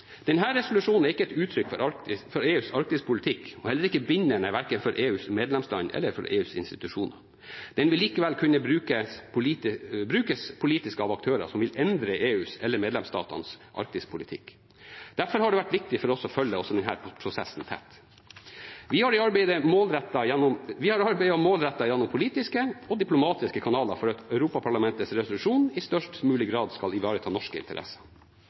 resolusjonen er ikke et uttrykk for EUs arktispolitikk og heller ikke bindende verken for EUs medlemsland eller for EUs institusjoner. Den vil likevel kunne brukes politisk av aktører som vil endre EUs eller medlemsstaters arktispolitikk. Derfor har det vært viktig for oss å følge også denne prosessen tett. Vi har arbeidet målrettet gjennom politiske og diplomatiske kanaler for at Europaparlamentets resolusjon i størst mulig grad skal ivareta norske interesser.